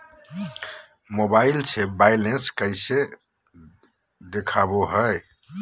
Mobile से balance कैसे देखाबो है?